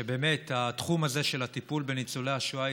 שבאמת התחום הזה של הטיפול בניצולי השואה,